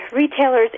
retailers